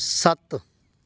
ਸੱਤ